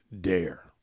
Dare